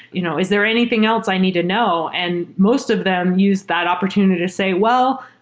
you know is there anything else i need to know? and most of them used that opportunity to say, well,